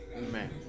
Man